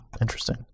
Interesting